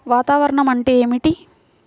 వాతావరణం అంటే ఏమిటి?